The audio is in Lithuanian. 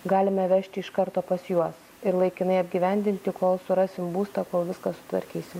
galime vežti iš karto pas juos ir laikinai apgyvendinti kol surasim būstą kol viską sutvarkysim